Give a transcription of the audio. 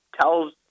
tells